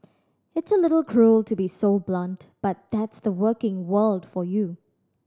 it's a little cruel to be so blunt but that's the working world for you